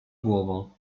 głową